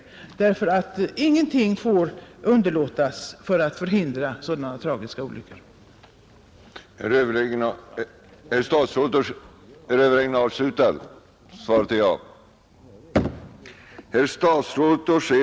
Ingenting får nämligen underlåtas när det gäller att hindra sådana här tragiska olyckor, inte minst när det gäller jäktet och ackordshetsen.